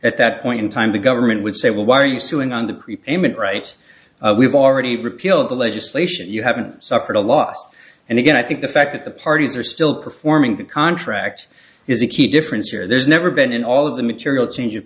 at that point in time the government would say well why are you suing on the prepayment right we've already repealed the legislation you haven't suffered a loss and again i think the fact that the parties are still performing the contract is a key difference here there's never been in all of the material change of